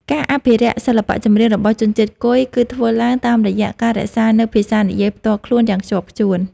ការអភិរក្សសិល្បៈចម្រៀងរបស់ជនជាតិគុយ គឺធ្វើឡើងតាមរយៈការរក្សានូវភាសានិយាយផ្ទាល់ខ្លួនយ៉ាងខ្ជាប់ខ្ជួន។